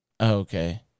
Okay